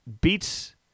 beats